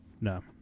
No